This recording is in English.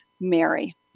Mary